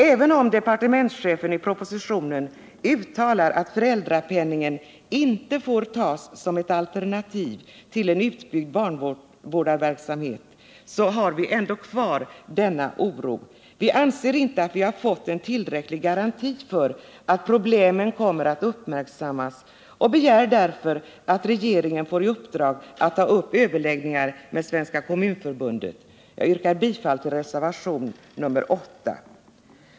Även om departementschefen i propositionen uttalar att föräldrapenningen inte får tas som ett alternativ till en utbyggd barnvårdarverksamhet, har vi ändå kvar denna oro. Vi anser inte att vi har fått en tillräcklig garanti för att problemen kommer att uppmärksammas och begär därför att regeringen får i uppdrag att ta upp överläggningar med Svenska kommunförbundet. Jag yrkar bifall till reservationen 8. Herr talman!